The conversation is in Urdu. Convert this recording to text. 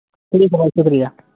ٹھیک ہے بھائی شکریہ